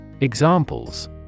Examples